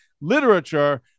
literature